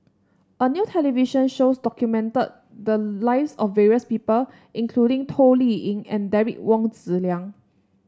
a new television shows documented the lives of various people including Toh Liying and Derek Wong Zi Liang